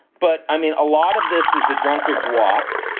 but i mean, a lot of this is the drunkard's walk.